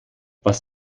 was